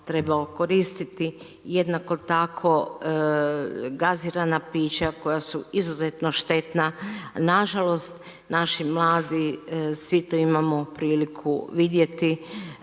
trebao koristiti. Jednako tako gazirana pića koja su izuzetno štetna nažalost naši mladi, svi to imamo priliku vidjeti,